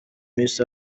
miss